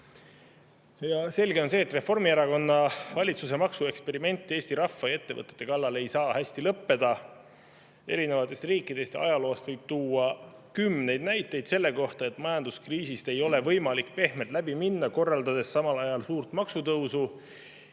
Selge on see, et Reformierakonna valitsuse maksueksperiment Eesti rahva ja ettevõtete kallal ei saa hästi lõppeda. Erinevatest riikidest ja ajaloost võib tuua kümneid näiteid selle kohta, et majanduskriisist ei ole võimalik pehmelt läbi minna, korraldades samal ajal suurt maksutõusu.